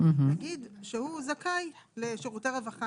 אלא נניח שהוא זכאי לשירותי רווחה.